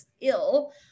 ill